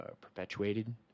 perpetuated